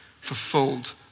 fulfilled